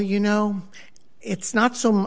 you know it's not so